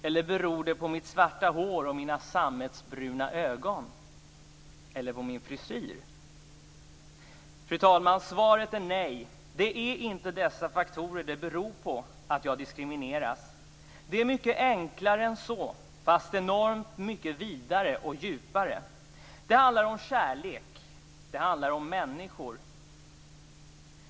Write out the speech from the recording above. Eller beror det på mitt svarta hår och mina sammetsbruna ögon? Eller på min frisyr? Fru talman! Svaret är nej. Det är inte dessa faktorer det beror på att jag diskrimineras. Det är mycket enklare än så, fast enormt mycket vidare och djupare. Det handlar om kärlek. Det handlar om människor.